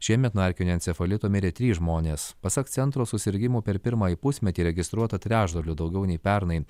šiemet nuo erkinio encefalito mirė trys žmonės pasak centro susirgimų per pirmąjį pusmetį registruota trečdaliu daugiau nei pernai